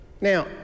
Now